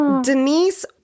Denise